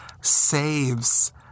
saves